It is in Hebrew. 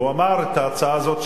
והוא אמר שאת ההצעה הזאת,